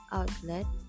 outlet